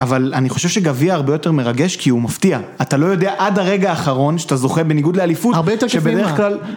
אבל אני חושב שגביע הרבה יותר מרגש כי הוא מפתיע. אתה לא יודע עד הרגע האחרון שאתה זוכה בניגוד לאליפות. הרבה יותר לפי מה? שבדרך כלל...